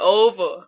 over